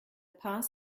paz